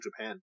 Japan